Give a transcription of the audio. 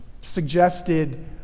suggested